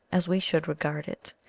as we should regard it,